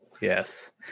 Yes